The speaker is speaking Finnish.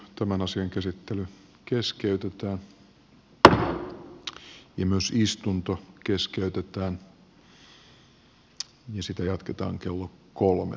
tämän asian käsittely keskeytetään ja myös istunto keskeytetään ja sitä jatketaan kello kolme